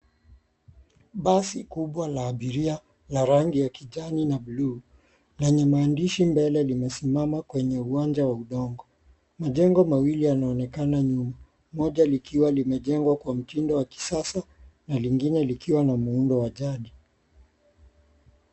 Basi kubwa la abiria lenye maandishi mbele limesimama majengo mawili yanaonekana nyuma, moja likiwa na muundo wa kisasa na lingine likiwa na muundo wa jana.